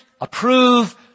approve